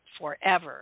Forever